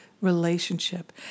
relationship